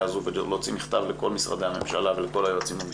הזאת ולהוציא מכתב לכל משרדי הממשלה ולכל היועצים המשפטיים.